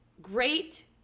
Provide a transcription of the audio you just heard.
Great